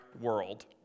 world